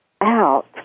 out